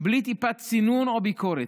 בלי טיפת סינון או ביקורת,